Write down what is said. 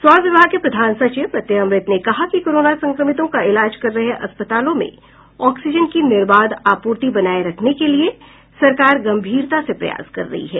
स्वास्थ्य विभाग के प्रधान सचिव प्रत्यय अमृत ने कहा कि कोरोना संक्रमितों का इलाज कर रहे अस्पतालों में ऑक्सीजन की निर्बाध आपूर्ति बनाए रखने के लिए सरकार गंभीरता से प्रयास कर रही है